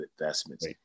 investments